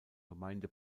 gemeinde